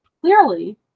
clearly